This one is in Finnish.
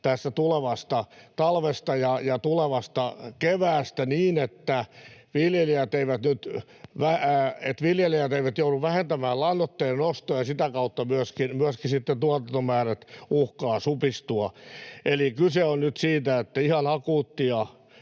tulevasta talvesta ja tulevasta keväästä niin, että viljelijät eivät joudu vähentämään lannoitteiden ostoa ja sitä kautta myöskin sitten tuotantomäärät eivät uhkaa supistua. Eli kyse on nyt siitä, että ihan akuuttia